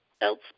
else